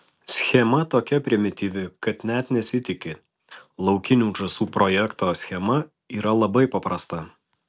schema tokia primityvi kad net nesitiki laukinių žąsų projekto schema yra labai paprasta